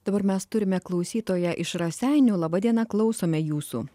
dabar mes turime klausytoją iš raseinių laba diena klausome jūsų